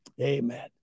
Amen